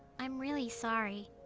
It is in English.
i'm really sorry.